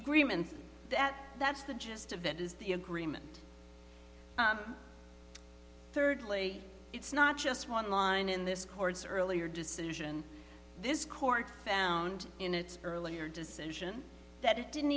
agreement that that's the gist of it is the agreement thirdly it's not just one line in this chords earlier decision this court found in its earlier decision that it didn't